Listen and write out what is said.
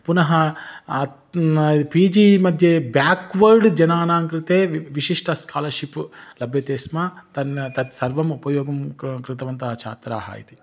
पुनः अत् पि जिमध्ये ब्याक्वर्ड् जनानां कृते वि विशिष्ट स्कालर्शिप् लभ्यते स्म तान् तत्सर्वम् उपयोगं कृ कृतवन्तः छात्राः इति